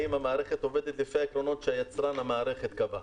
האם המערכת עובדת לפי העקרונות שיצרן המערכת קבע?